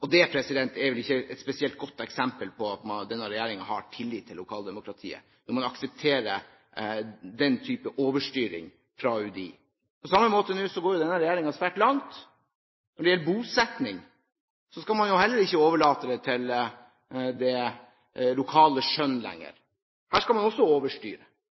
og dét er vel ikke et spesielt godt eksempel på at denne regjeringen har tillit til lokaldemokratiet når man aksepterer den type overstyring fra UDI. På samme måte går denne regjeringen nå svært langt. Når det gjelder bosetting, skal man ikke overlate det til det lokale skjønn lenger, her skal man også overstyre.